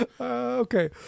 Okay